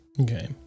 Okay